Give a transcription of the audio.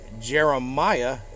Jeremiah